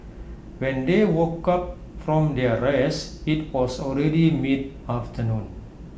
when they woke up from their rest IT was already mid afternoon